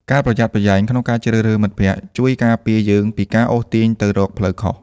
ការប្រយ័ត្នប្រយែងក្នុងការជ្រើសរើសមិត្តភក្តិ ជួយការពារយើងពីការអូសទាញទៅរកផ្លូវខុស។